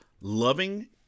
loving